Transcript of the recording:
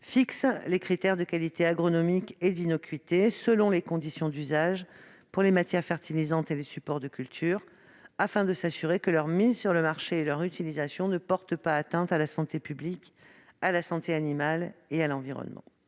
fixe les critères de qualité agronomique et d'innocuité selon les conditions d'usage pour les matières fertilisantes et les supports de culture, afin de s'assurer que leur mise sur le marché et leur utilisation ne porte pas atteinte à la santé publique, à la santé animale et à l'environnement.